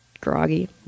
groggy